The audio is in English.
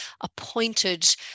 appointed